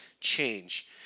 change